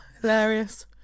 hilarious